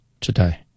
today